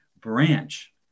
branch